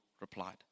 replied